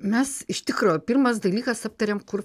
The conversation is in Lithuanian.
mes iš tikro pirmas dalykas aptariam kur